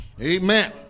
Amen